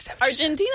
Argentina